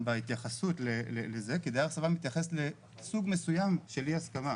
בהתייחסות לזה כי דייר סרבן מתייחס לסוג מסוים של אי הסכמה.